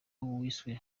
wiswe